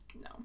No